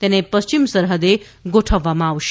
તેને પશ્ચિમ સરહદે ગોઠવવામાં આવશે